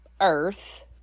earth